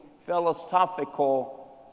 philosophical